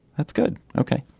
that's good. okay.